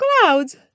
clouds